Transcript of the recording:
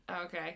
Okay